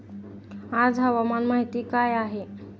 आज हवामान माहिती काय आहे?